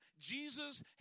Jesus